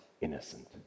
innocent